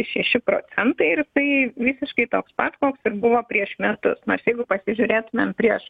šeši procentai ir tai visiškai toks pat koks buvo prieš metus nors jeigu pasižiūrėtumėm prieš